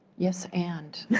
yes, and yeah